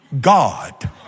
God